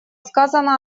сказано